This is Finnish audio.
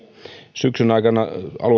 syksyn aikana